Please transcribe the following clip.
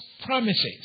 promises